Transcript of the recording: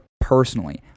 personally